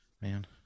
Man